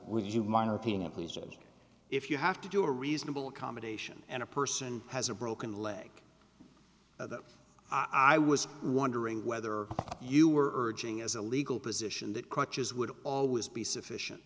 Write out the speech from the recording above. please if you have to do a reasonable accommodation and a person has a broken leg i was wondering whether you were urging as a legal position that crutches would always be sufficient